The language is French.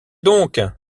donc